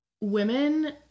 women